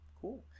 cool